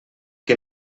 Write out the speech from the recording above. que